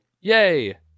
Yay